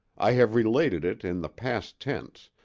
i have related it in the past tense,